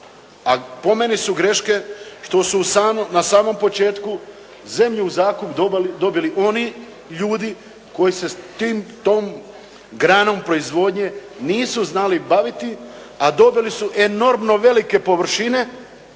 a po meni su greške što su na samom početku zemlju u zakup dobili oni ljudi koji se s tom granom proizvodnje nisu znali baviti, a dobili su enormno velike površine